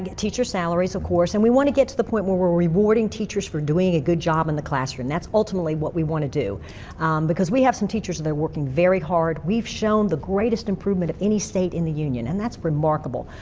teachers' salaries, of course. and we want to get to the point where we're rewarding teachers for doing a good job in the classroom. that's ultimately what we want to do because we have some teachers that are working very hard. we've shown the greatest improvement of any state in the union. and that's remarkable.